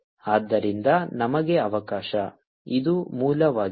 ಆದ್ದರಿಂದ ನಮಗೆ ಅವಕಾಶ ಇದು ಮೂಲವಾಗಿದೆ